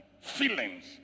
feelings